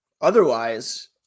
Otherwise